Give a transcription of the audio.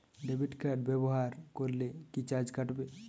Credit card ব্যাবহার করলে কি চার্জ কাটবে?